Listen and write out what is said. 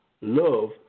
Love